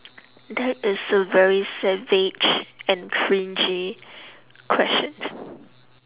that is a very savage and cringey question